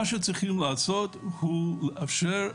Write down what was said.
מה שצריך לעשות הוא לאפשר,